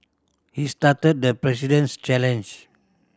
he started the President's challenge